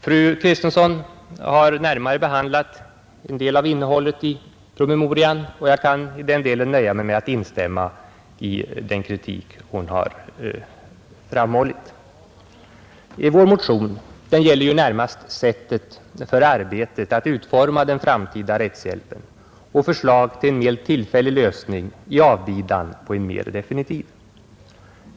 Fru Kristensson har närmare behandlat en del av innehållet i promemorian, och jag kan i den delen nöja mig med att instämma i den kritik hon har framfört. Vår motion gäller närmast sättet för arbetet att utforma den framtida rättshjälpen och förslag till en tillfällig lösning i avbidan på en mer definitiv.